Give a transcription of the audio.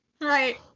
Right